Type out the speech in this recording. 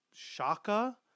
shaka